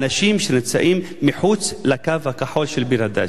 אנשים שנמצאים מחוץ ל"קו הכחול" של ביר-הדאג'.